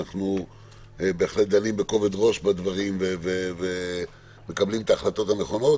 אנחנו בהחלט דנים בכובד ראש בדברים ומקבלים את ההחלטות הנכונות.